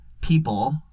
people